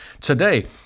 today